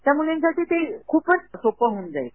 त्या मुलींसाठी ते खूपच सोपं घेऊन जाईल